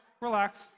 Relax